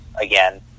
again